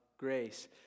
Grace